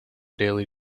daily